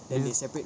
yes